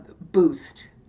boost